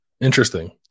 Interesting